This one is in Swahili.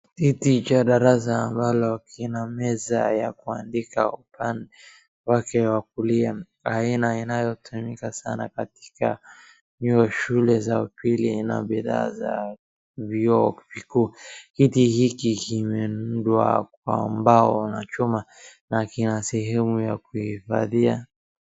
Kiti cha darasa ambalo kina meza ya kuandika upande wake wa kulia, aina inayotumika sana katika shule za upili na bidhaa za vyuo vikuu. Kiti hiki kimeundwa kwa mbao na chuma na kina sehemu ya kuhifadhia